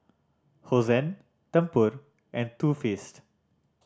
Hosen Tempur and Too Faced